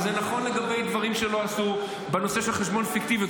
וזה נכון לגבי דברים שלא עשו בנושא של חשבוניות פיקטיביות.